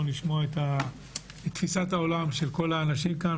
לשמוע את תפיסת העולם של כל האנשים כאן,